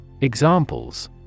Examples